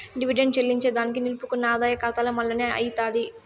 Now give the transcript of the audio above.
dividend చెల్లింజేదానికి నిలుపుకున్న ఆదాయ కాతాల మల్లనే అయ్యితాది